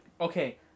Okay